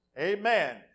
Amen